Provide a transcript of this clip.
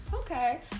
okay